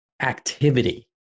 activity